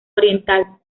oriental